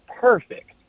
perfect